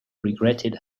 regretted